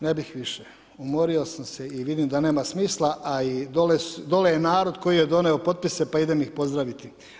Ne bih više, umorio sam se i vidim da nema smisla a i dolje je narod koji je donio potpise pa idem ih pozdraviti.